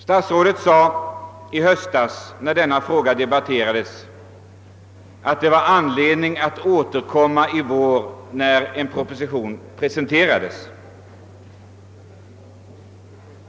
Statsrådet sade i höstas när denna fråga debatterades att det var anledning återkomma under våren när en proposition presenterades.